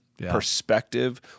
Perspective